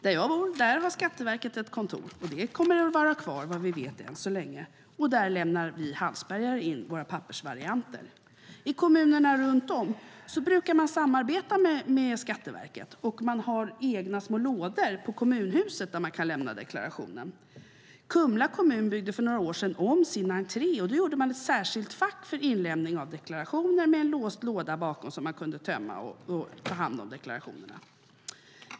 Där jag bor har Skatteverket ett kontor, och vad vi vet kommer det att vara kvar tills vidare. Där lämnar vi hallsbergare in våra pappersvarianter. I kommunerna runt omkring samarbetar man med Skatteverket genom att ha små lådor på kommunhuset där deklarationen kan lämnas. Kumla kommun byggde för några år sedan om sin entré till kommunhuset, och då gjordes ett särskilt fack för inlämning av deklarationer, med en låst låda bakom som tömdes när man tog hand om deklarationerna.